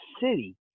city